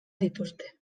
dituzte